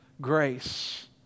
grace